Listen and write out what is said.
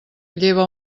lleva